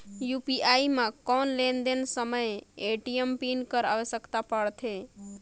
UPI म कौन लेन देन समय ए.टी.एम पिन कर आवश्यकता पड़थे?